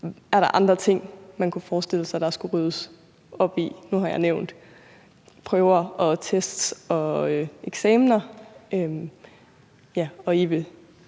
Er der andre ting, man kunne forestille sig der skulle ryddes op i? Nu har jeg nævnt prøver, tests og eksamener, og ja,